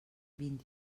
vint